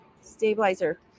Stabilizer